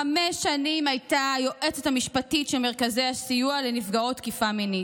חמש שנים הייתה היועצת המשפטית של מרכזי הסיוע לנפגעות תקיפה מינית.